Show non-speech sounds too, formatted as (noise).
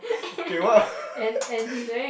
okay what (laughs)